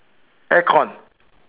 aircon